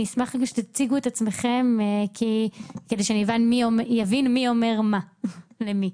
אני אשמח שתציגו את עצמכם כדי שאני אבין מי אומר מה למי.